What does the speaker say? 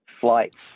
flights